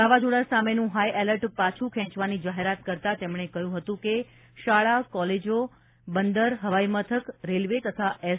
વાવાઝોડા સામેનું high alert પાછું ખેંચવાની જાહેરાત કરતા તેમણે કહ્યું હતું કે શાળા કોલેજો બંદર હવાઇ મથક રેલવે તથા એસ